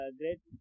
great